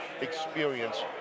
experience